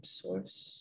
source